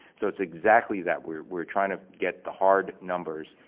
so it's exactly that we're we're trying to get the hard numbers,